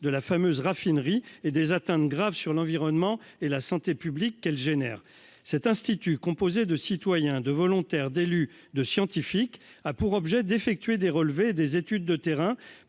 fameuse raffinerie et des atteintes graves sur l'environnement et la santé publique qu'elle entraîne. Cet institut composé de citoyens, de volontaires, d'élus et de scientifiques a pour objet d'effectuer des relevés et des études de terrain